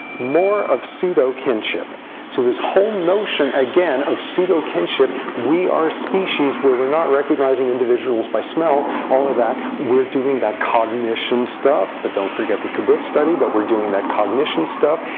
more of pseudo kinship so this whole notion, again, of pseudo kinship, we are species where we're not recognizing individuals by smell, all of that. we're doing that cognition stuff. but don't forget the study. but we're doing that cognition stuff.